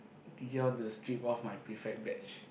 teacher want to strip off my prefect batch